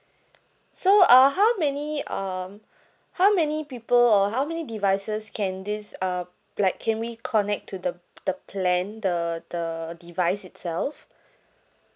so uh how many um how many people or how many devices can this uh black can we connect to the the plan the the device itself